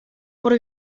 por